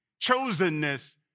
chosenness